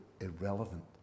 irrelevant